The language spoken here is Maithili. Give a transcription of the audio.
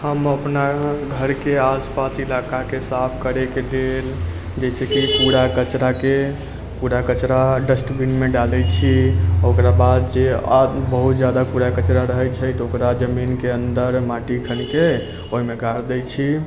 हम अपना घर के आसपास इलाका के साफ करै के लिए जैसे कि कूड़ा कचड़ा के कूड़ा कचड़ा डस्टबिन मे डालै छी ओकरा बाद जे बहुत ज्यादा कचड़ा रहै छै तऽ ओकरा जमीन के अन्दर माटी खनि के ओहिमे गाड़ि दै छियै